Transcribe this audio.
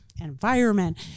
environment